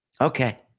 Okay